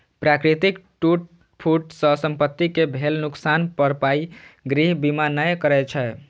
प्राकृतिक टूट फूट सं संपत्ति कें भेल नुकसानक भरपाई गृह बीमा नै करै छै